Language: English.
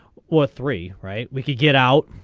or three right we can get out.